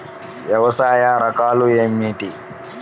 వ్యవసాయ రకాలు ఏమిటి?